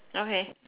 okay